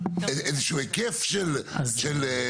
איזה שהוא היקף של זה.